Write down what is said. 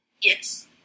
yes